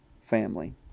family